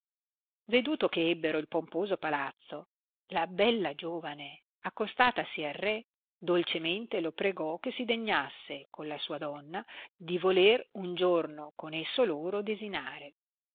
veduto che ebbero il pomposo palazzo la bella giovane accostatasi al re dolcemente lo pregò che si degnasse con la sua donna di voler un giorno con esso loro desinare